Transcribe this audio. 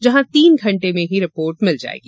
जहां तीन घंटे में ही रिपोर्ट मिल जाएगी